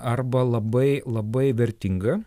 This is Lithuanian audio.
arba labai labai vertinga